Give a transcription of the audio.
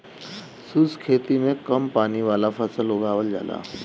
शुष्क खेती में कम पानी वाला फसल उगावल जाला